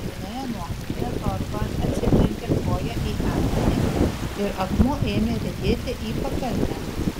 vienoje nuokalnėje zorba atsitrenkė koja į akmenį ir akmuo ėmė riedėti į pakalnę